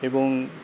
এবং